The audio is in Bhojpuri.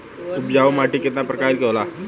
उपजाऊ माटी केतना प्रकार के होला?